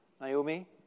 Naomi